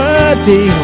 Worthy